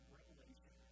Revelation